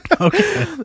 Okay